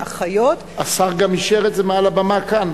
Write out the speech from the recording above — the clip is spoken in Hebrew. אחיות, השר גם אישר את זה מעל הבמה כאן.